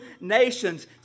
nations